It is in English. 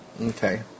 okay